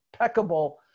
impeccable